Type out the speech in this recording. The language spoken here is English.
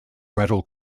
rental